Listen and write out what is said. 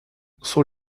sur